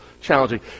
challenging